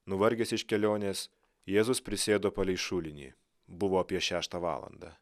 nuvargęs iš kelionės jėzus prisėdo palei šulinį buvo apie šeštą valandą